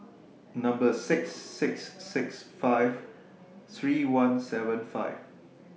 six six six five three one seven five